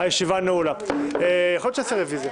נעשה רביזיה.